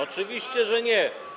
Oczywiście, że nie.